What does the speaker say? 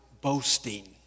boasting